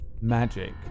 magic